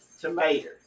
tomatoes